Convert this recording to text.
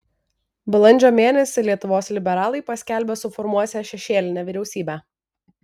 balandžio mėnesį lietuvos liberalai paskelbė suformuosią šešėlinę vyriausybę